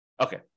Okay